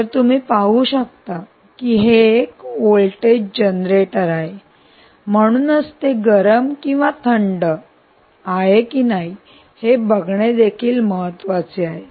तर तुम्ही पाहू शकता की हे एक व्होल्टेज जनरेटर आहे म्हणूनच ते गरम किंवा थंड आहे हे बघणे देखील महत्वाचे आहे